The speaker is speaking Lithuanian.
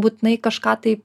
būtinai kažką tai